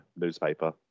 newspaper